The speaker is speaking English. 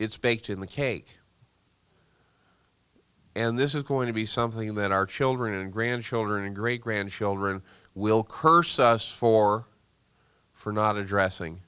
it's baked in the cake and this is going to be something that our children and grandchildren and great grandchildren will curse us for for not addressing